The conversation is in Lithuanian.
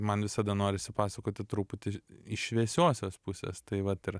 man visada norisi pasakoti truputį iš šviesiosios pusės tai vat ir